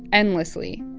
endlessly.